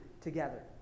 together